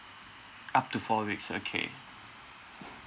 up to four weeks okay